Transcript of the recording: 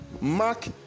Mark